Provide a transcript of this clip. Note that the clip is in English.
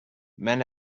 men